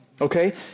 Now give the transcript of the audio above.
Okay